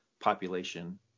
population